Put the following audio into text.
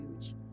huge